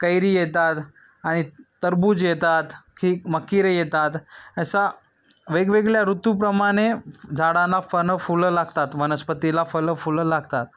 कैरी येतात आणि तरबूज येतात की मकीरे येतात असा वेगवेगळ्या ऋतूप्रमाणे झाडांना फळं फुलं लागतात वनस्पतीला फळं फुलं लागतात